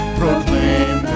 proclaim